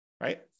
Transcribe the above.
right